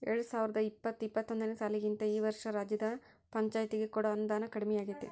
ಎರ್ಡ್ಸಾವರ್ದಾ ಇಪ್ಪತ್ತು ಇಪ್ಪತ್ತೊಂದನೇ ಸಾಲಿಗಿಂತಾ ಈ ವರ್ಷ ರಾಜ್ಯದ್ ಪಂಛಾಯ್ತಿಗೆ ಕೊಡೊ ಅನುದಾನಾ ಕಡ್ಮಿಯಾಗೆತಿ